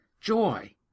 joy